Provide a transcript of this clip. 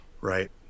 Right